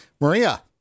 Maria